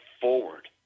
forward